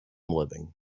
living